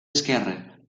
esquerre